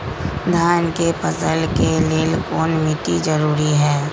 धान के फसल के लेल कौन मिट्टी जरूरी है?